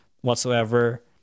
whatsoever